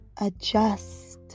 adjust